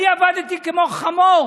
אני עבדתי כמו חמור